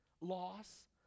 loss